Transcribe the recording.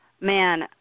Man